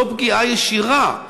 זו פגיעה ישירה.